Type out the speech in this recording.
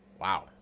Wow